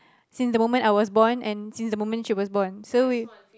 since the moment I was born and since the moment she was born